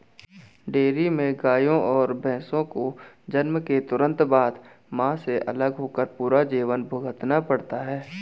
dairy में गायों और भैंसों को जन्म के तुरंत बाद, मां से अलग होकर पूरा जीवन भुगतना पड़ता है